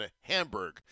Hamburg